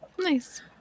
nice